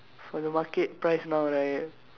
for the market price now right